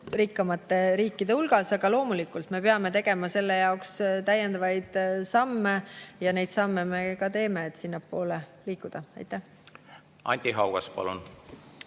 rikkamate riikide hulgas. Aga loomulikult me peame tegema selle jaoks täiendavaid samme ja neid samme me ka teeme, et sinnapoole liikuda. Aitäh! Aastal